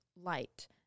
light